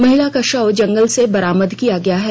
महिला का शव जंगल से बरामद किया गया है